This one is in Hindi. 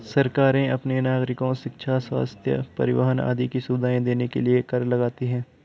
सरकारें अपने नागरिको शिक्षा, स्वस्थ्य, परिवहन आदि की सुविधाएं देने के लिए कर लगाती हैं